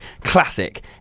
classic